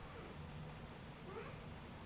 ইলটারলেট, কেবল ছব গুলালের বিল অললাইলে দিঁয়া যায়